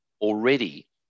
already